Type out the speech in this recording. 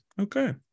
Okay